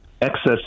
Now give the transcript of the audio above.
excess